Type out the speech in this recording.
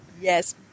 Yes